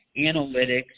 analytics